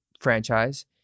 franchise